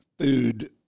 food